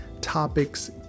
topics